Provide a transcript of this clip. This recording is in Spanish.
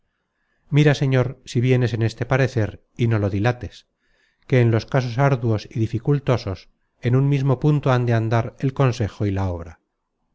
mira señor si vienes en este parecer y no lo dilates que en los casos arduos y dificultosos en un mismo punto han de andar el consejo y la obra